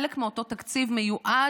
חלק מאותו תקציב מיועד,